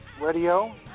radio